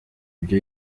byo